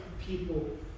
people